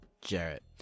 Jarrett